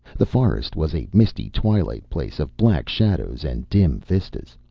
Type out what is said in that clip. the forest was a misty twilight place of black shadows and dim vistas.